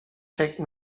take